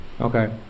okay